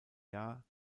jahr